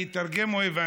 אני אתרגם, או הבנתם?